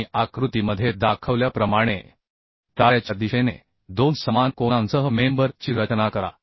आणि आकृतीमध्ये दाखवल्याप्रमाणे ताऱ्याच्या दिशेने दोन समान कोनांसह मेंबर ची रचना करा